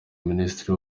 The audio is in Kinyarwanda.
ministiri